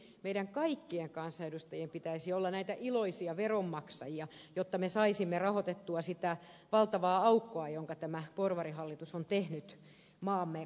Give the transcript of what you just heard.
nimittäin juuri meidän kaikkien kansanedustajien pitäisi olla näitä iloisia veronmaksajia jotta me saisimme rahoitettua sitä valtavaa aukkoa jonka tämä porvarihallitus on tehnyt maamme pääomaan